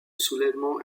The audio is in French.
soulèvement